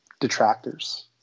detractors